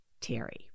Terry